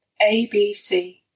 ABC